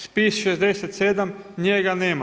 Spis 67. njega nema.